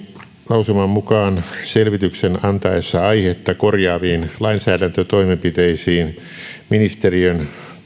lausuman mukaan selvityksen antaessa aihetta korjaaviin lainsäädäntötoimenpiteisiin ministeriön